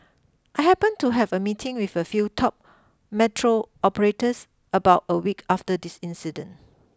I happened to have a meeting with a few top metro operators about a week after this incident